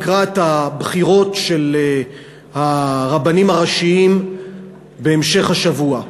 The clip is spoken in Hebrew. לקראת הבחירות של הרבנים הראשיים בהמשך השבוע.